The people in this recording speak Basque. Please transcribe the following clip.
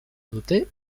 dute